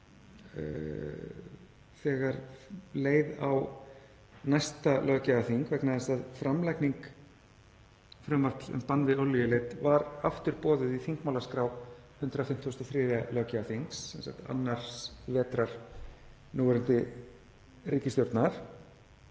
þegar leið á næsta löggjafarþing, vegna þess að framlagning frumvarps um bann við olíuleit var aftur boðuð í þingmálaskrá 153. löggjafarþings, annars vetrar núverandi ríkisstjórnar.